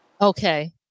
okay